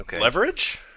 leverage